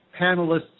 panelist's